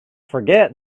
forget